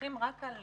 מסתמכים רק על